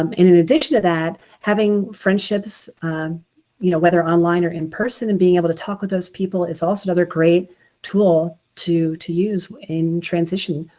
um in and addition to that, having friendships you know, whether online or in-person and being able to talk with those people is also another great tool to to use in transition.